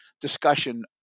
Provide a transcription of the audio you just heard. discussion